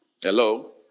Hello